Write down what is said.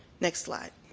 next slide.